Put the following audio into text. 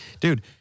Dude